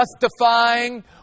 justifying